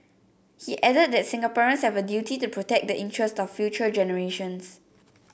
he added that Singaporeans have a duty to protect the interest of future generations